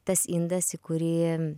tas indas į kurį